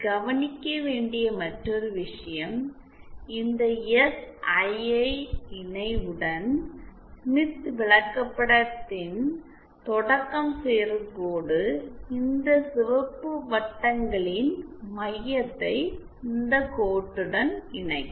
கவனிக்க வேண்டிய மற்றொரு விஷயம் இந்த எஸ்ஐஐ இணை உடன் ஸ்மித் விளக்கப்படத்தின் தொடக்கம் சேரும் கோடு இந்த சிவப்பு வட்டங்களின் மையத்தை இந்த கோட்டுடன் இணைக்கும்